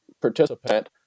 participant